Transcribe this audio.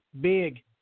Big